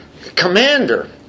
Commander